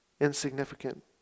Insignificant